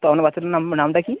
তো আপনার বাচ্চাটার নাম নামটা কী